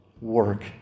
work